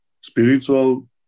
spiritual